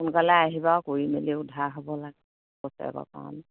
সোনকালে আহিবা কৰি মেলি উদ্ধাৰ হ'ব লাগে বছৰেকৰ কাৰণে